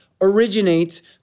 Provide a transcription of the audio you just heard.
originates